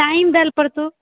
time दै लेऽ पड़तौ